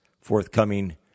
forthcoming